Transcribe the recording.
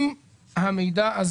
מה הייתה כוונתכם?